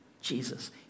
Jesus